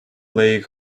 lehigh